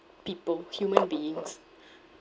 people human beings